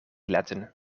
letten